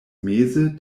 meze